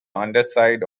underside